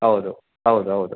ಹೌದು ಹೌದು ಹೌದು